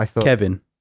Kevin